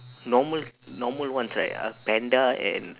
normal normal ones right are panda and